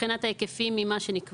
מבחינת ההיקפים.